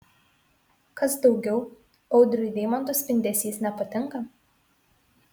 kas daugiau audriui deimantų spindesys nepatinka